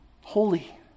Holy